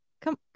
come